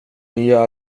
nya